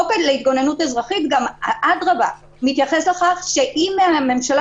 חוק להתגוננות אזרחית מתייחס לכך שאם הממשלה